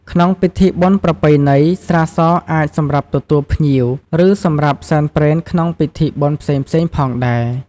ក្នុងពិធីបុណ្យប្រពៃណី ស្រាសអាចសម្រាប់ទទួលភ្ញៀវ ឬសម្រាប់សែនព្រេនក្នុងពិធីបុណ្យផ្សេងៗផងដែរ។